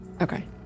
Okay